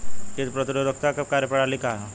कीट प्रतिरोधकता क कार्य प्रणाली का ह?